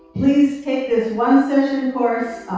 please take this one-session course,